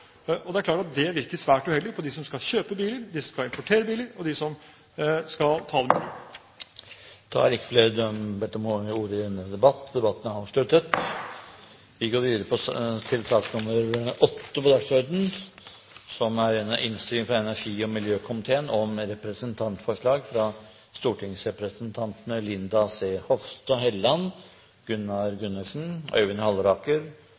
når. Det er klart at det virker svært uheldig på dem som skal kjøpe biler, dem som skal importere biler, og dem som skal ta dem i bruk. Flere har ikke bedt om ordet til sak nr. 7. Etter ønske fra energi- og miljøkomiteen